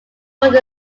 died